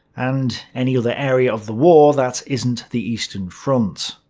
and any other area of the war that isn't the eastern front.